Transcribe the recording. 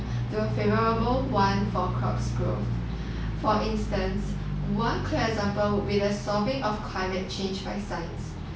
the favourable one for crops growth for instance one clear example would be the solving of climate change by science